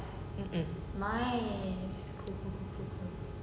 mm mm